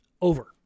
over